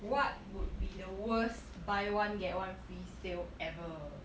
what would be the worst buy one get one free sale ever